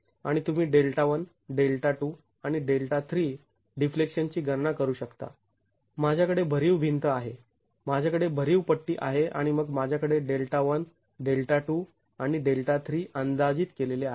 आणि तुम्ही Δ 1 Δ 2 आणि Δ 3 डिफ्लेक्शन ची गणना करू शकता माझ्याकडे भरीव भिंत आहे माझ्याकडे भरीव पट्टी आहे आणि मग माझ्याकडे Δ 1 Δ 2 आणि Δ 3 अंदाजीत केलेले आहेत